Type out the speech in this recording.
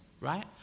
right